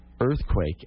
earthquake